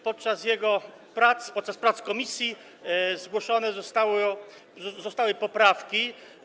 Podczas jego prac, podczas prac komisji zgłoszone zostały poprawki.